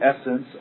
essence